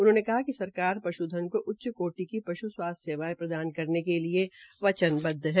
उन्होंने कहा कि सरकार पश्धन को उच्च कोटि की पश् स्वास्थ्य सेवायें प्रदान करने के लिए बचनबदव है